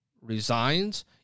resigns